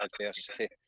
adversity